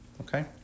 Okay